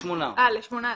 לשמונה מיליון.